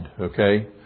Okay